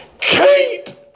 Kate